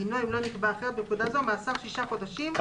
דינו אם לא נקבע אחרת בפקודה זו מאסר שישה חודשים או